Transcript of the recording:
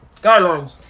Guidelines